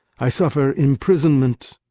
i suffer imprisonment,